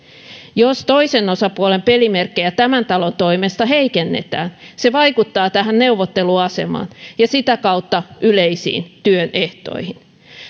jos toisen osapuolen pelimerkkejä tämän talon toimesta heikennetään se vaikuttaa tähän neuvotteluasemaan ja sitä kautta yleisiin työehtoihin